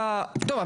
טוב,